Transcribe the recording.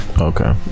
okay